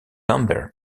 lambert